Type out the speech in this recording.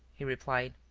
he replied.